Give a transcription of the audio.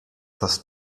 das